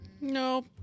No